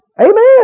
Amen